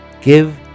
Give